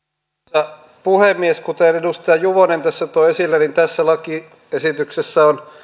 arvoisa herra puhemies kuten edustaja juvonen tässä toi esille tässä lakiesityksessä on